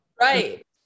right